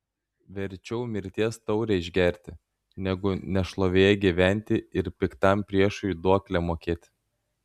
verčiau mirties taurę išgerti negu nešlovėje gyventi ir piktam priešui duoklę mokėti